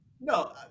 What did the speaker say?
No